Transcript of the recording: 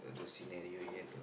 the scenario yet